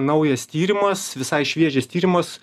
naujas tyrimas visai šviežias tyrimas